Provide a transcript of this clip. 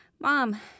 Mom